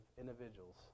individuals